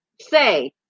say